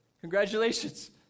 Congratulations